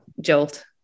jolt